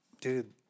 Dude